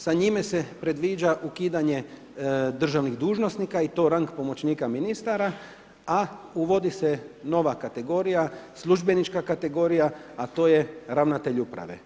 Sa njime se predviđa ukidanje državnih dužnosnika i to rang pomoćnika ministara a uvodi se nova kategorija, službenička kategorija, a to je ravnatelj uprave.